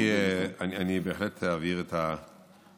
אני בהחלט אעביר את המסר